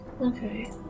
Okay